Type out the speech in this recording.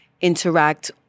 interact